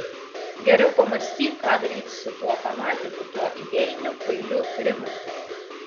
geriau pamąstyk ką daryti su tuo fanatiku tuo idėjiniu kvailiu rimantu